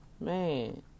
Man